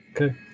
Okay